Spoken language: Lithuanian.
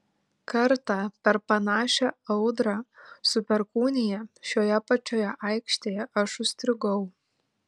kartą per panašią audrą su perkūnija šioje pačioje aikštėje aš užstrigau